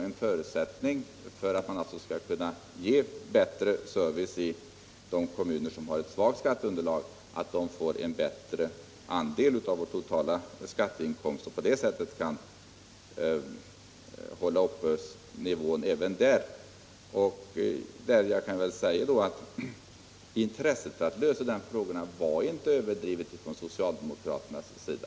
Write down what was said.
En förutsättning för att kommuner med svagt skatteunderalg skall kunna ge bättre service är ju att de får större andel av det totala skatteuttaget. Intresset för att lösa de här frågorna var inte överdrivet hos socialdemokraterna.